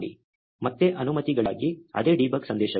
ಮತ್ತೆ ಅನುಮತಿಗಳಿಗಾಗಿ ಅದೇ ಡೀಬಗ್ ಸಂದೇಶಗಳು